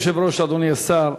אדוני היושב-ראש, אדוני השר,